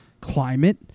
climate